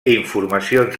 informacions